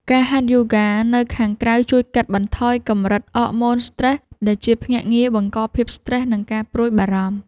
ការហាត់យូហ្គានៅខាងក្រៅជួយកាត់បន្ថយកម្រិតអរម៉ូនស្រ្តេស ដែលជាភ្នាក់ងារបង្កភាពស្ត្រេស និងការព្រួយបារម្ភ។